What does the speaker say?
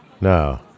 No